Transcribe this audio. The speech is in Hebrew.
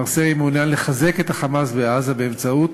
מר סרי מעוניין לחזק את ה"חמאס" בעזה באמצעות